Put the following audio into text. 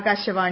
Akashvani